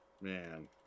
Man